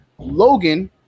Logan